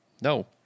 no